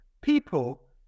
people